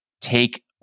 take